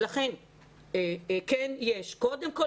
לכן כן יש קודם כל,